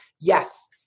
yes